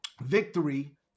victory